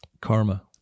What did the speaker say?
karma